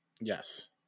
yes